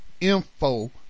info